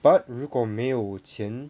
but 如果没有钱